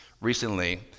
recently